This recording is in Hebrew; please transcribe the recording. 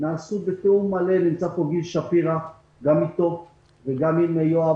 נעשו בתיאום מלא גם עם גיל שפירא שנמצא פה וגם עם יואב